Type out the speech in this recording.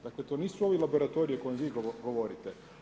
Dakle, to nisu ovi laboratoriji o kojem vi govorite.